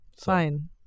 fine